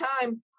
time